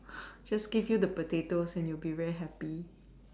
just give you the potatoes and you'll be very happy